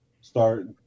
start